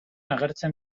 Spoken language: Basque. agertzen